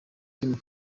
kim